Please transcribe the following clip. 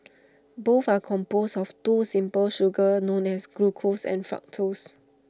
both are composed of two simple sugars known as glucose and fructose